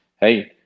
Hey